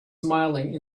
smiling